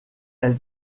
elle